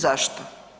Zašto?